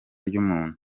ry’umuntu